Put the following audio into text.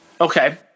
Okay